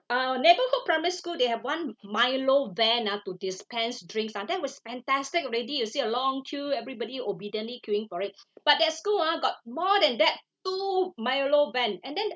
uh neighbourhood primary school they have one milo van ah to dispense drinks ah that was fantastic already you see a long queue everybody obediently queueing for it but that school ah got more than that two milo van and then